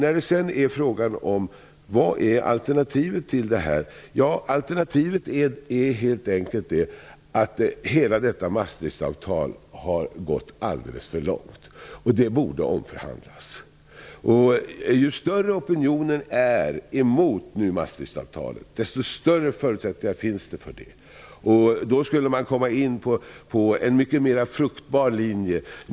Vad är då alternativet här? Ja, alternativet är helt enkelt att hela Maastrichtavtalet har gått alldeles för långt. Det borde omförhandlas. Ju större opinionen mot Maastrichtavtalet är, desto större förutsättningar finns det i sammanhanget. Då skulle man komma in på en mycket mera fruktbar linje.